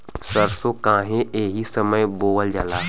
सरसो काहे एही समय बोवल जाला?